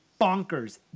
bonkers